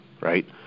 right